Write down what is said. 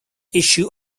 issue